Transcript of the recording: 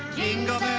jingle